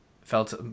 felt